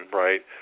right